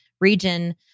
region